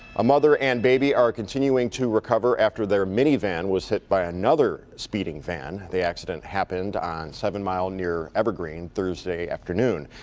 a mother and baby are continuing to recover after their minivan minivan was hit by another speeding van. the accident happened on seven mile near evergreen thursday aternoon.